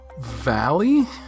Valley